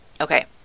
Okay